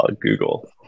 Google